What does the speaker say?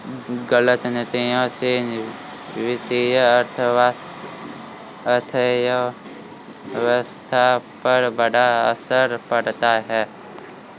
गलत नीतियों से वित्तीय अर्थव्यवस्था पर बड़ा असर पड़ता है